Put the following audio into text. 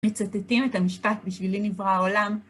מצטטים את המשפט בשבילי נברא העולם.